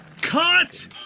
Cut